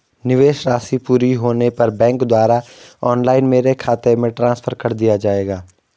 निवेश राशि पूरी होने पर बैंक द्वारा ऑनलाइन मेरे खाते में ट्रांसफर कर दिया जाएगा?